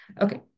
Okay